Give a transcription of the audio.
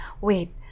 wait